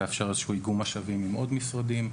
זה יאפשר איזשהו איגום משאבים עם עוד משרדים.